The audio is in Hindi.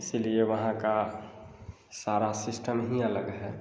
इसलिए वहाँ का सारा सिस्टम ही अलग है